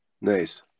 Nice